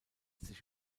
sich